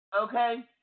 Okay